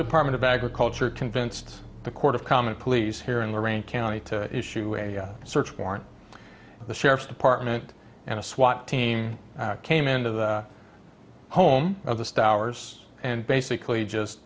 department of agriculture convinced the court of common police here and lorain county to issue a search warrant the sheriff's department and a swat team came into the home of the stars and basically just